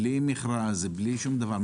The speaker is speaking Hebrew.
בלי מכרז, בלי שום דבר.